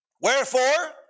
Wherefore